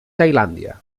tailàndia